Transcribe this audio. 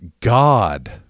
God